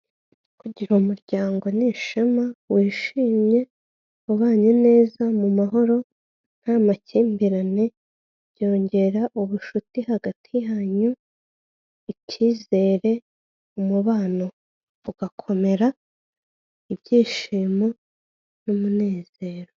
Kugira umuryango ni ishema wishimye, ubanye neza mu mahoro, nta makimbirane byongera ubucuti hagati hanyu, icyizere, umubano ugakomera, ibyishimo n'umunezero.